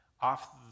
off